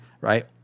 right